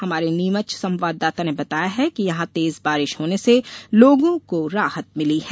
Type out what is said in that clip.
हमारे नीमच संवाददाता ने बताया है कि यहां तेज बारिश होने से लोगों राहत मिली है